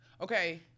okay